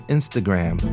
Instagram